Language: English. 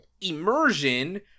Immersion